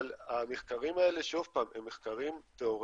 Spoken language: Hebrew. אבל המחקרים האלה, שוב פעם, הם מחקרים תאורטיים